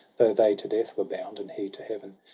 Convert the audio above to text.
though they to death were bound, and he to heaven,